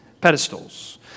pedestals